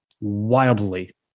wildly